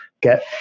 get